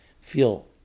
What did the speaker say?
feel